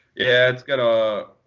it's going to